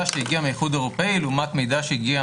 שהגיע מהאיחוד האירופאי לעומת מידע שהגיע